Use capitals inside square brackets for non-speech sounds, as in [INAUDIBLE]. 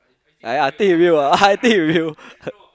yeah yeah I take with you ah I take with you [LAUGHS]